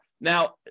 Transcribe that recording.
now